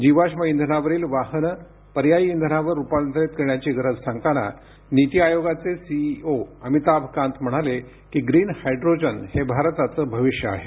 जीवाष्म इंधनावरील वाहनं पर्यायी इंधनावर रुपांतरित करण्याची गरज सांगताना नीति आयोगाचे सीईओ अमिताभ कांत म्हणाले की ग्रीन हायड्रोजन हे भारताचे भविष्य आहे